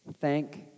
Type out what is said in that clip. thank